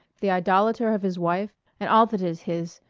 the idolater of his wife and all that is his,